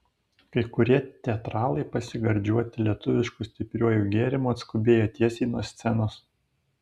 kai kurie teatralai pasigardžiuoti lietuvišku stipriuoju gėrimu atskubėjo tiesiai nuo scenos